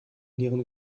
nieren